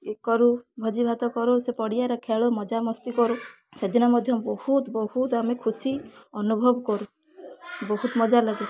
ଇଏ କରୁ ଭୋଜି ଭାତ କରୁ ସେ ପଡ଼ିଆରେ ଖେଳୁ ମଜାମସ୍ତି କରୁ ସେଦିନ ମଧ୍ୟ ବହୁତ ବହୁତ ଖୁସି ଆମେ ଅନୁଭବ କରୁ ବହୁତ ମଜା ଲାଗେ